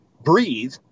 breathe